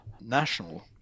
National